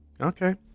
Okay